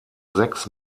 sechs